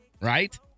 Right